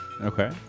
Okay